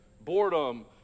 Boredom